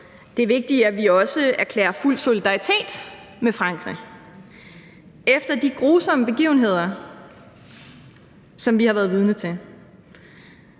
det er vigtigt, at vi også erklærer fuld solidaritet med Frankrig. Efter de grusomme begivenheder, som vi har været vidne til,